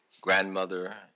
grandmother